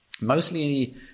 mostly